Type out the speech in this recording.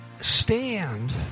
stand